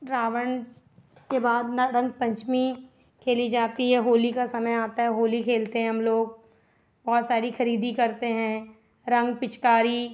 रावण के बाद ना रंग पंचमी खेली जाती है होली का समय आता है होली खेलते हैं हम लोग बहुत सारी ख़रीदी करते हैं रंग पिचकारी